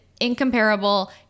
incomparable